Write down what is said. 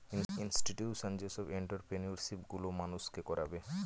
institutional যেসব entrepreneurship গুলো মানুষকে করাবে